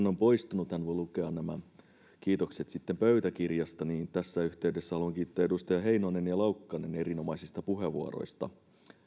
on poistunut hän voi lukea nämä kiitokset sitten pöytäkirjasta niin tässä yhteydessä haluan kiittää edustajia heinonen ja laukkanen erinomaisista puheenvuoroista